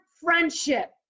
friendship